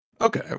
Okay